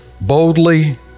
boldly